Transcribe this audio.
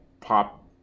pop